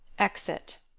exit